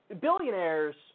billionaires